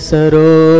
Saro